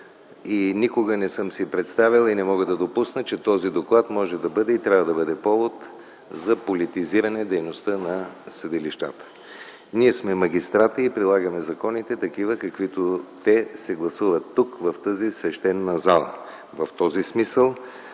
и никога не съм си представял и не мога да допусна, че този доклад може да бъде и трябва да бъде повод за политизиране дейността на съдилищата. Ние сме магистрати и прилагаме законите такива, каквито те се гласуват тук, в тази свещена зала.